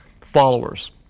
followers